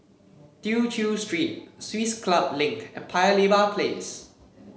Tew Chew Street Swiss Club Link and Paya Lebar Place